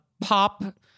pop